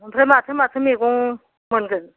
ओमफ्राय माथो माथो मेगं मोनगोन